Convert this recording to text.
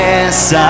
Yes